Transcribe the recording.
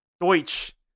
Deutsch